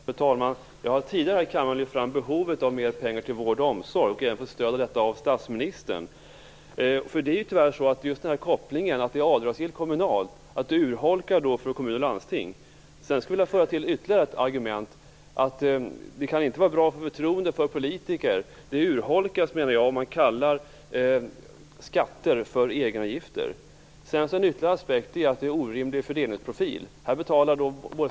Fru talman! Jag har tidigare här i kammaren lyft fram behovet av mer pengar till vård och omsorg, och även fått stöd för detta av statsministern. Det är ju tyvärr så att just den här kopplingen att det är avdragsgillt kommunalt urholkar för kommuner och landsting. Sedan skulle jag vilja tillföra ytterligare ett argument. Det kan inte vara bra för förtroendet till politiker. Jag menar att det urholkas om man kallar skatter för egenavgifter. Ytterligare en aspekt är att det är en orimlig fördelningsprofil.